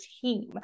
team